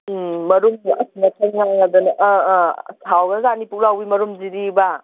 ꯎꯝ ꯃꯔꯨꯝꯒ ꯉꯥꯡꯁꯪ ꯉꯥꯡꯉꯗꯅ ꯑꯪ ꯑꯪ ꯑꯁ ꯍꯥꯎꯒ꯭ꯔꯖꯥꯠꯅꯤ ꯄꯨꯛꯂꯥꯎꯕꯤ ꯃꯔꯨꯝꯁꯤꯗꯤꯕ